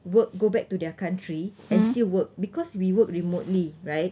work go back to their country and still work because we work remotely right